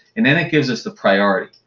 and then it gives us the priority.